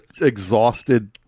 exhausted